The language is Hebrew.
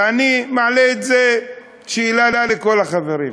ואני מעלה את זה כשאלה לכל החברים,